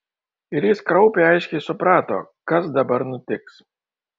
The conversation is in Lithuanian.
ir jis kraupiai aiškiai suprato kas dabar nutiks